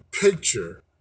picture